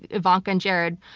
ivanka and jared.